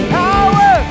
power